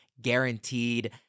guaranteed